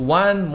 one